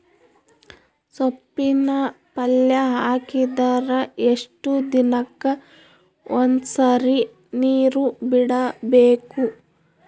ಸೊಪ್ಪಿನ ಪಲ್ಯ ಹಾಕಿದರ ಎಷ್ಟು ದಿನಕ್ಕ ಒಂದ್ಸರಿ ನೀರು ಬಿಡಬೇಕು?